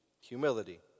humility